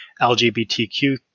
LGBTQ